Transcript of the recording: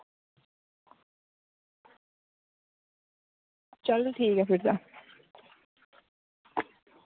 चल ठीक ऐ फिर तां